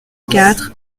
quatre